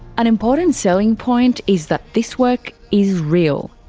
an important selling point is that this work is real.